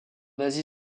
asie